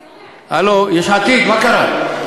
הלו, יש עתיד, מה קרה?